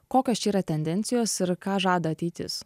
kokios čia yra tendencijos ir ką žada ateitis